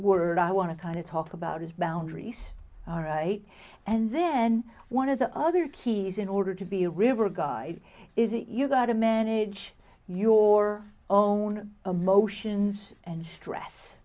word i want to kind of talk about is boundaries all right and then one of the other keys in order to be a river guide is that you've got a manage your own emotions and stress